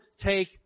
take